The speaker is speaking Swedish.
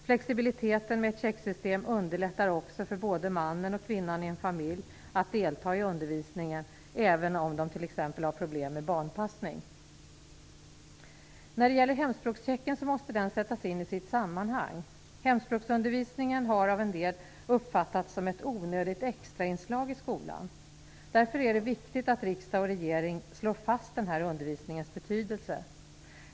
Flexibiliteten med ett checksystem underlättar också för både mannen och kvinnan i en familj att delta i undervisningen, även om de t.ex. har problem med barnpassning. Hemspråkschecken måste sättas in i sitt sammanhang. Hemspråksundervisningen har av en del uppfattats som ett onödigt extrainslag i skolan. Därför är det viktigt att riksdag och regering slår fast den här undervisningens betydelse.